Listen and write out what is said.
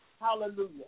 Hallelujah